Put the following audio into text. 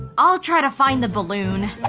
i'll try to find the balloon.